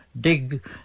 dig